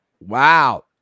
Wow